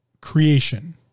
creation